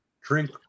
drink